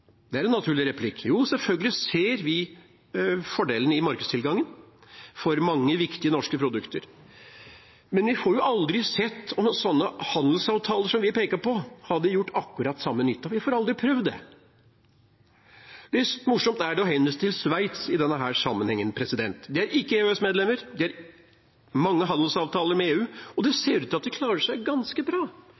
Det er en naturlig replikk. Jo, selvfølgelig ser vi fordelene i markedstilgangen for mange viktige norske produkter. Men vi får jo aldri sett om sånne handelsavtaler som vi peker på, hadde gjort akkurat samme nytten. Vi får aldri prøvd det. Mest morsomt er det å henvise til Sveits i denne sammenhengen. De er ikke EØS-medlemmer, de har mange handelsavtaler med EU, og det ser ut til at de klarer seg ganske bra.